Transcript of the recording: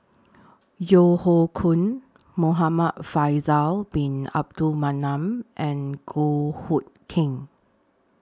Yeo Hoe Koon Muhamad Faisal Bin Abdul Manap and Goh Hood Keng